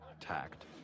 Tact